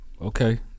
Okay